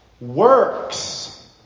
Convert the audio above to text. works